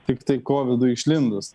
tiktai kovidui išlindus